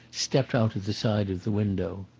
stepped out at the side of the window.